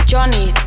Johnny